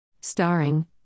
Starring